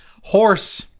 horse